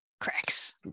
Cracks